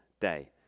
day